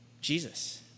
Jesus